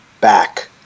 back